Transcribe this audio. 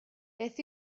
beth